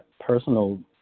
personal